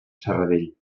serradell